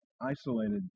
isolated